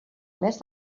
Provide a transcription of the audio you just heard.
més